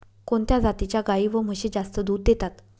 कोणत्या जातीच्या गाई व म्हशी जास्त दूध देतात?